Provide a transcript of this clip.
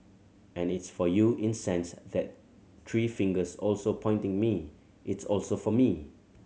and it's for you in sense that three fingers also pointing me it's also for me